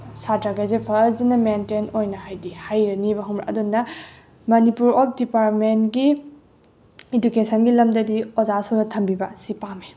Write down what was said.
ꯁꯥꯇ꯭ꯔꯈꯩꯁꯦ ꯐꯖꯅ ꯃꯦꯟꯇꯦꯟ ꯑꯣꯏꯅ ꯍꯥꯏꯗꯤ ꯍꯩꯔꯅꯦꯕ ꯈꯪꯉꯕ꯭ꯔꯥ ꯑꯗꯨꯗꯨꯅ ꯃꯅꯤꯄꯨꯔ ꯑꯣꯞ ꯗꯤꯄꯥꯔꯃꯦꯟꯒꯤ ꯏꯗꯨꯀꯦꯁꯟꯒꯤ ꯂꯝꯗꯗꯤ ꯑꯣꯖꯥ ꯁꯨꯅ ꯊꯝꯕꯤꯕ ꯁꯤ ꯄꯥꯝꯃꯦ